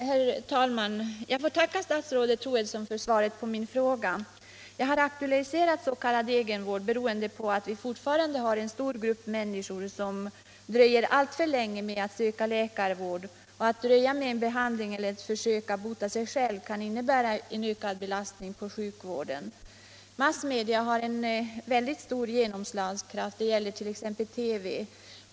Herr talman! Jag får tacka statsrådet Troedsson för svaret på min fråga. Jag har aktualiserat s.k. egenvård beroende på att vi fortfarande har en stor grupp människor som dröjer alltför länge med att söka läkarvård. Att dröja med en behandling eller att försöka bota sig själv kan innebära en ökad belastning på sjukvården. Massmedia har en mycket stor genomslagskraft, det gäller i synnerhet TV.